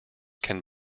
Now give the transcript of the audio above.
can